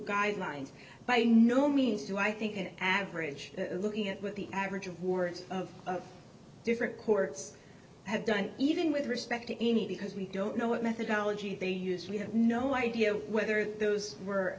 guidelines by no means do i think an average looking at what the average of words of different courts have done even with respect to any because we don't know what methodology they use we have no idea whether those were